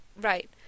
Right